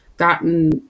Gotten